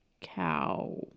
cow